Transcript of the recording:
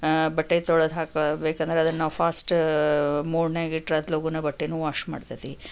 ಬಟ್ಟೆ ತೊಳೆದು ಹಾಕಬೇಕೆಂದರೆ ಅದನ್ನು ನಾವು ಫಾಸ್ಟ್ ಮೋಡ್ನ್ಯಾಗ ಇಟ್ಟರೆ ಅತ್ ಲಗೂನ ಬಟ್ಟೇನೂ ವಾಶ್ ಮಾಡತೈತಿ